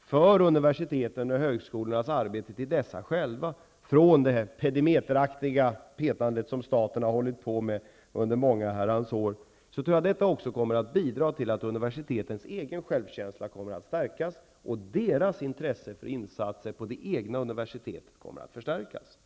för universitetens och högskolornas arbete till dem själva från det petimäteraktiga petandet som staten har hållit på med under många herrans år, tror jag att detta också kommer att bidra till att universitetens egen självkänsla stärks och därmed också intresset för insatser vid det egna universitetet.